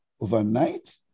overnight